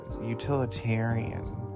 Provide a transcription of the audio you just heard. utilitarian